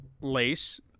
lace